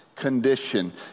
Condition